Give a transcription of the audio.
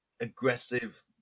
aggressive